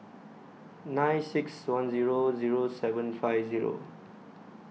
nine six one Zero Zero seven five Zero